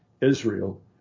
Israel